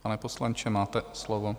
Pane poslanče, máte slovo.